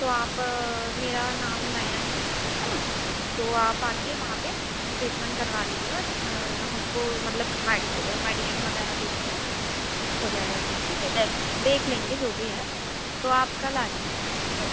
तो आप मेरा नाम नयन है है न तो आप आकर वहाँ पर ट्रीटमेन करवा लीजिएगा हमको मतलब मैडिक मेडिशन वगैरह दे देंगे हो जाएगा ठीक ठीक है देख देख लेंगे जो भी है तो आप कल आ जाइएगा ठीक है